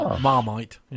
Marmite